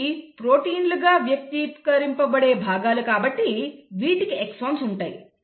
ఇవి ప్రోటీన్లుగా వ్యక్తీకరింపబడే భాగాలు కాబట్టి వీటికి ఎక్సన్స్ ఉంటాయి